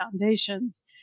foundations